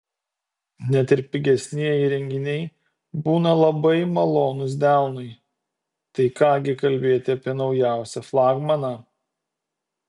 net ir pigesnieji įrenginiai būna labai malonūs delnui tai ką gi kalbėti apie naujausią flagmaną